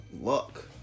luck